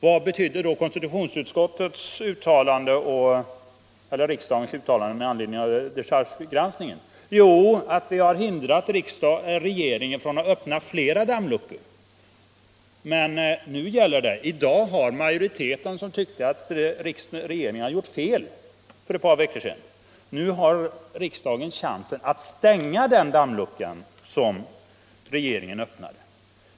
Vad betyder då riksdagens uttalande med anledning av dechargegranskningen? Jo, att vi har hindrat regeringen från att öppna flera dammluckor. I dag: har en riksdagsmajoritet som för ett par veckor sedan tyckte att regeringen gjort fel chansen att stänga den dammilucka som regeringen öppnade.